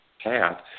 path